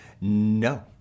No